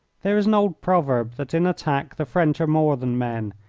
there is an old proverb that in attack the french are more than men,